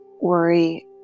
worry